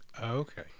Okay